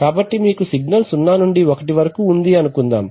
కాబట్టి మీకు సిగ్నల్ 0 నుండి 1 వరకు ఉంది అనుకుందాం